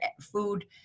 food